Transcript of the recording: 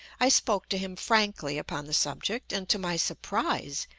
i spoke to him frankly upon the subject and, to my surprise,